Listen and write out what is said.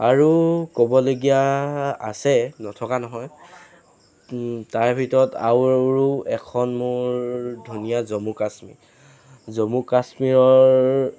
আৰু ক'বলগীয়া আছে নথকা নহয় তাৰ ভিতৰত আৰু এখন মোৰ ধুনীয়া জম্মু কাশ্মীৰ জম্মু কাশ্মীৰৰ